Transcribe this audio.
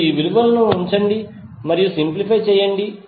మీరు ఈ విలువను ఉంచండి మరియు సింప్లిఫై చేయండి